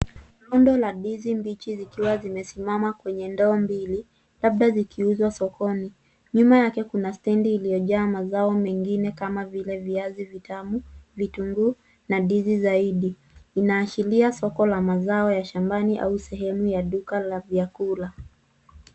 Zimesimama kwenye ndoo mbili labda Rundo la ndizi mbichi zikiwa zimesimama kwenye ndoo mbili, labda zikiuzwa sokoni. Nyuma yake kuna stendi iliyojaa mazao mengine kama vile viazi vitamu, vitunguu na ndizi zaidi. Inaashiria soko la mazao ya shambani au sehemu ya duka la vyakula.